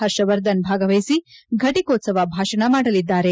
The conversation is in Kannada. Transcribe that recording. ಪರ್ಷವರ್ಧನ್ ಭಾಗವಹಿಸಿ ಘಟಿಕೋತ್ಸವ ಭಾಷಣ ಮಾಡಲಿದ್ದಾರೆ